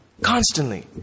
constantly